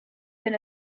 been